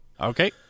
Okay